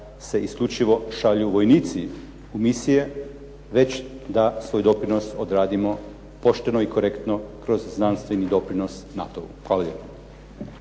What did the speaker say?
se isključivo šalju vojnici u misije, već da svoj doprinos odradimo pošteno i korektno kroz znanstveni doprinos NATO-u. Hvala